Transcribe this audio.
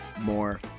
more